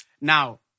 Now